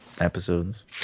episodes